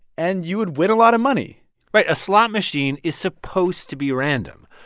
and you would win a lot of money right. a slot machine is supposed to be random,